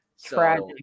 tragic